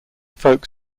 folk